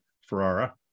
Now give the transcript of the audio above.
Ferrara